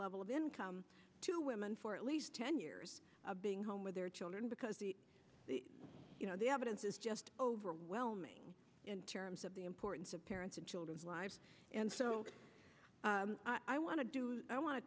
level of income to women for at least ten years of being home with their children because the you know the evidence is just overwhelming in terms of the importance of parents in children's lives and so i want to do i want to